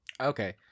Okay